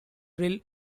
drill